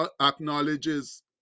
acknowledges